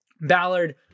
Ballard